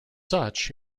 such